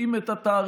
שקובעים את התעריפים.